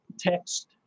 text